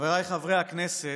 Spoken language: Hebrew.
חבריי חברי הכנסת,